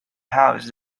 house